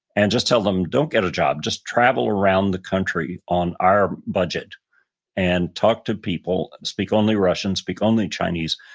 and just tell them, don't get a job. just travel around the country on our budget and talk to people. speak only russian. speak only chinese.